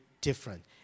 different